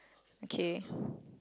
okay